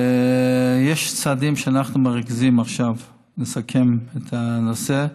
יש צעדים שאנחנו מרכזים עכשיו, נסכם את הנושא.